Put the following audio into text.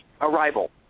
arrival